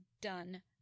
done